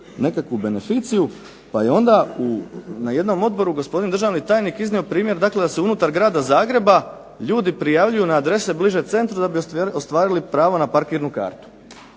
nekakvu beneficiju pa je onda na jednom odboru gospodin državni tajnik iznio primjer dakle da se unutar grada Zagreba ljudi prijavljuju na adrese bliže centru da bi ostvarili pravo na parkirnu kartu.